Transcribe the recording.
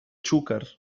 xúquer